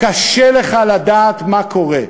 קשה לך לדעת מה קורה.